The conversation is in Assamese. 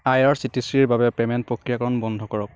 আই আৰ চি টি চিৰ বাবে পে'মেণ্ট প্ৰক্ৰিয়াকৰণ বন্ধ কৰক